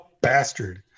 bastard